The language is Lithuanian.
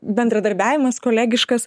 bendradarbiavimas kolegiškas